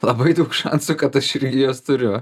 labai daug šansų kad aš irgi jos turiu